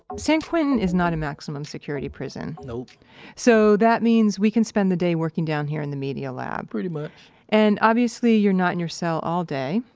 san quentin is not a maximum security prison nope so that means we can spend the day working down here in the media lab pretty much and obviously you're not in your cell all day,